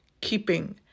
keeping